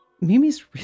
Mimi's